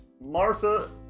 Martha